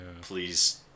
Please